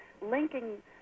linking